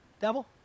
devil